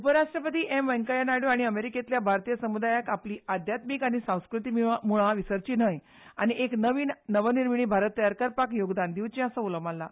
उपराष्ट्रपती वेंकय्या नायडू हांणी अमेरिकेंतल्या भारतीय समुदायाक आपली अध्यात्मीक आनी सांस्कृतीक मुळां विसरचीं न्हय आनी एका नवीन आनी नवनिर्माण भारत तयार करपाक योगदान दिवचें असो उलो मारलो